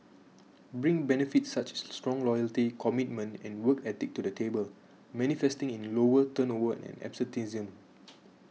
bring benefits such as strong loyalty commitment and work ethic to the table manifesting in lower turnover and absenteeism